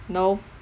no